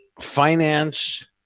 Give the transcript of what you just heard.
finance